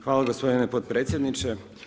Hvala gospodine potpredsjedniče.